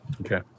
okay